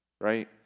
right